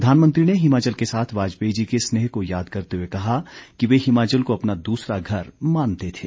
प्रधानमंत्री ने हिमाचल के साथ वाजपेयी जी के स्नेह को याद करते हुए कहा कि वे हिमाचल को अपना दूसरा घर मानते थे